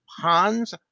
Ponds